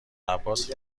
عباس